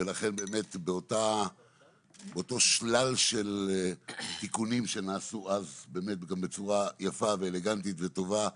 ולכן באמת באותו שלל של תיקונים שנעשו אז גם בצורה יפה ואלגנטית וטובה,